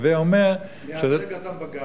ואומר, מייצג אותם בגאווה.